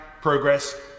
Progress